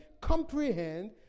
comprehend